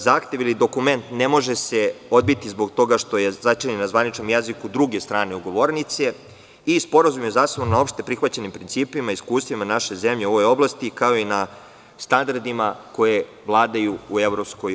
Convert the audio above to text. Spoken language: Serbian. Zahtev ili dokument ne može se odbiti zbog toga što je sačinjen na zvaničnom jeziku druge strane ugovornice i sporazum je zasnovan na opšteprihvaćenim principima i iskustvima naše zemlje u ovoj oblasti, kao i na standardima koje vladaju u EU.